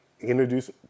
introduce